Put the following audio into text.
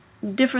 different